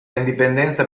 indipendenza